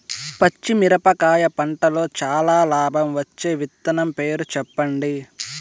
పచ్చిమిరపకాయ పంటలో చానా లాభం వచ్చే విత్తనం పేరు చెప్పండి?